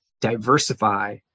diversify